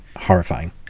horrifying